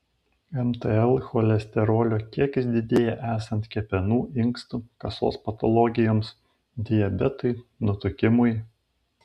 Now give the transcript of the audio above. mtl cholesterolio kiekis didėja esant kepenų inkstų kasos patologijoms diabetui nutukimui